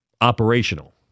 operational